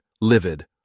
livid